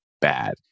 bad